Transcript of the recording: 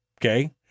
Okay